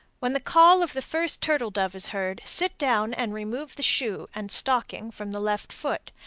when the call of the first turtle-dove is heard, sit down and remove the shoe and stocking from the left foot,